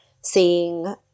seeing